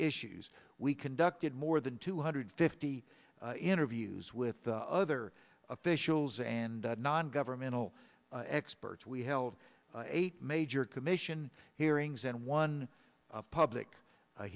issues we conducted more than two hundred fifty interviews with the other officials and non governmental experts we held eight major commission hearings and one public